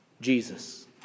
Jesus